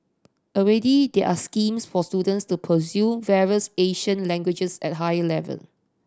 already there are schemes for students to pursue various Asian languages at a higher level